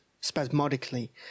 spasmodically